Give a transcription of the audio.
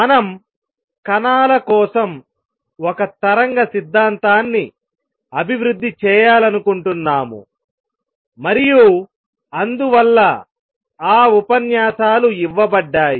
మనం కణాల కోసం ఒక తరంగ సిద్ధాంతాన్ని అభివృద్ధి చేయాలనుకుంటున్నాము మరియు అందువల్ల ఆ ఉపన్యాసాలు ఇవ్వబడ్డాయి